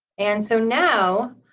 and so now,